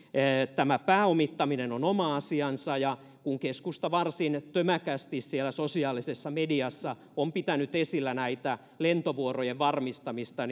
tämä pääomittaminen on oma asiansa ja kun keskusta varsin tömäkästi siellä sosiaalisessa mediassa on pitänyt esillä lentovuorojen varmistamista